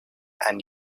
and